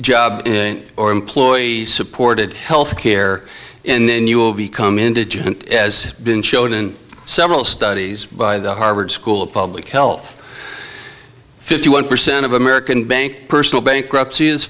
job or employee supported health care and then you will become indigent as been shown in several studies by the harvard school of public health fifty one percent of american bank personal bankruptc